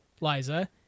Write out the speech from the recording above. Liza